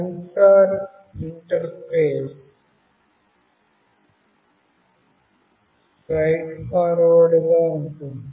censor interface straightforward గా ఉంటుంది